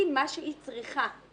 מה שהיא צריכה,